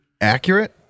accurate